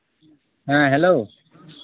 ᱦᱮᱸ ᱦᱮᱞᱳ